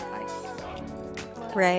Right